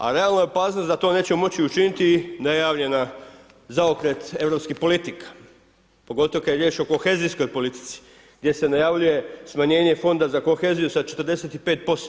A realna je opasnost da to nećemo moći učiniti ... zaokret europskih politika pogotovo kad je riječ o kohezijskoj politici gdje se najavljuje smanjenje fonda za koheziju sa 45%